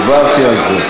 דיברתי על זה.